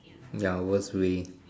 ya worst way